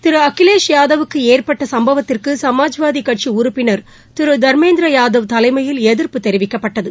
திரு அகிலேஷ் யாதவுக்கு ஏற்பட்ட சும்பவத்திற்கு சுமாஜ்வாதி கட்சி உறுப்பினர் திரு தர்மேந்திர யாதவ் தலைமையில் எதிர்ப்பு தெரிவிக்கப்பட்டது